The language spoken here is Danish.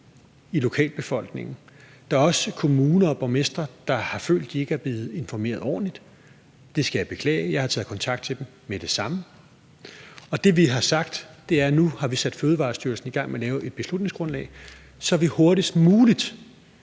i lokalbefolkningen. Der er også kommuner og borgmestre, der har følt, at de ikke er blevet informeret ordentligt. Det skal jeg beklage. Jeg har taget kontakt til dem med det samme, og det, som vi har sagt, er, at vi nu har sat Fødevarestyrelsen i gang med at lave et beslutningsgrundlag, så vi hurtigst muligt